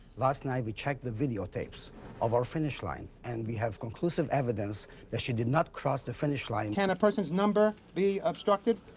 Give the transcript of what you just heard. last night we checked the videotapes of our finish line, and we have conclusive evidence that she did not cross the finish line. can a person's number be obstructed?